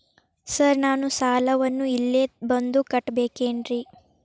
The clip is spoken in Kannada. ಸರ್ ನಾನು ಸಾಲವನ್ನು ಇಲ್ಲೇ ಬಂದು ಕಟ್ಟಬೇಕೇನ್ರಿ?